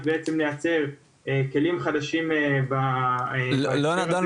בעצם לייצר כלים חדשים בהקשר הזה לא נידון.